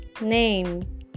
name